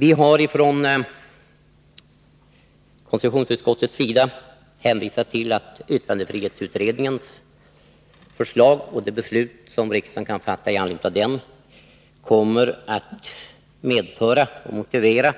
Vi har från konstitutionsutskottets sida hänvisat till att yttrandefrihetsutredningens förslag och de beslut som riksdagen skall fatta i anslutning till dem kommer att motivera